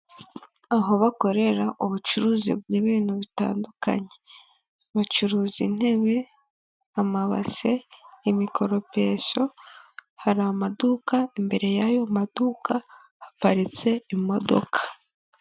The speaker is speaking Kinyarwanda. Aho bakorera ubucuruzi bw'ibintu bitandukanye, bacuruza intebe, amabase, imikoropesoyo, hari amaduka, imbere y'ayo maduka, haparitse imodoka.